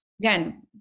Again